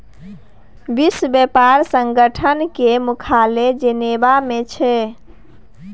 विश्व बेपार संगठन केर मुख्यालय जेनेबा मे छै